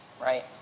right